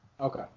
Okay